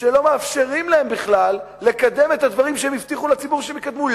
שלא מאפשרים להם בכלל לקדם את הדברים שהם הבטיחו לציבור שהם יקדמו.